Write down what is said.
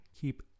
keep